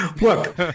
Look